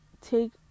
take